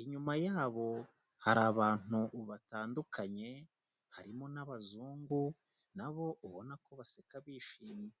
inyuma yabo hari abantu batandukanye, harimo n'abazungu na bo ubona ko baseka bishimye.